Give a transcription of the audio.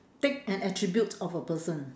take an attribute of a person